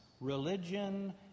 religion